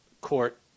court